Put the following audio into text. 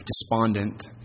despondent